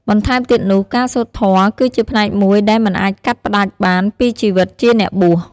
បន្ថែមទៀតនោះ ការសូត្រធម៌គឺជាផ្នែកមួយដែលមិនអាចកាត់ផ្ដាច់បានពីជីវិតជាអ្នកបួស។